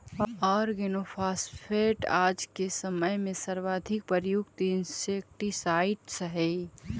organophosphate आज के समय में सर्वाधिक प्रयुक्त इंसेक्टिसाइट्स् हई